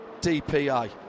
DPI